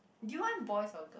do you want boys or girl